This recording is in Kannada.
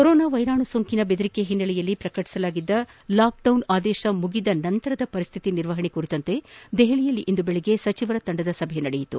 ಕೊರೊನಾ ವೈರಾಣು ಸೋಂಕಿನ ಬೆದರಿಕೆಯ ಹಿನ್ನೆಲೆಯಲ್ಲಿ ಪ್ರಕಟಿಸಲಾಗಿದ್ದ ಲಾಕ್ಡೌನ್ ಆದೇಶ ಮುಗಿದ ನಂತರದ ಪರಿಶ್ಥಿತಿ ನಿರ್ವಹಣೆ ಕುರಿತಂತೆ ದೆಹಲಿಯಲ್ಲಿ ಇಂದು ಬೆಳಗ್ಗೆ ಸಚಿವರ ತಂಡದ ಸಭೆ ನಡೆಯಿತು